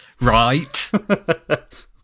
Right